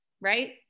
right